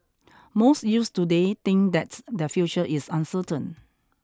most youths today think that their future is uncertain